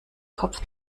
kopf